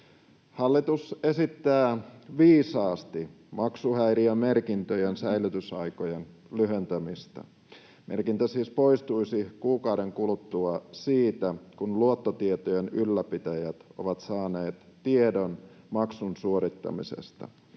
Hallitus esittää viisaasti maksuhäiriömerkintöjen säilytysaikojen lyhentämistä. Merkintä siis poistuisi kuukauden kuluttua siitä, kun luottotietojen ylläpitäjät ovat saaneet tiedon maksun suorittamisesta.